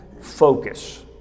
focus